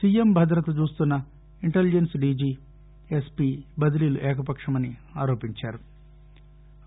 CM భద్రత చూస్తున్న intelligence DG SP బదిలీలు ఏకపక్షమని ఆరోపింఆరు